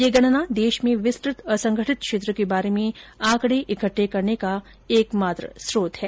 यह गणना देश में विस्तृत असंगठित क्षेत्र के बारे में आंकड़े एकत्र करने का एकमात्र स्रोत है